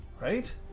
Right